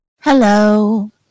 Hello